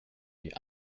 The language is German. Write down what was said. die